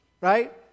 right